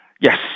Yes